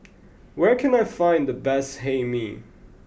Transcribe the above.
where can I find the best Hae Mee